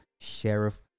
Sheriff